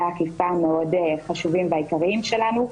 האכיפה המאוד חשובים והעיקריים שלנו,